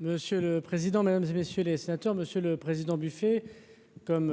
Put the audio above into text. Monsieur le président, Mesdames et messieurs les sénateurs, Monsieur le Président, buffet, comme